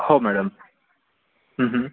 हो मॅडम हं हं